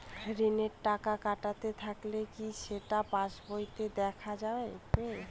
ঋণের টাকা কাটতে থাকলে কি সেটা পাসবইতে দেখা যাবে?